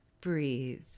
breathe